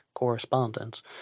correspondence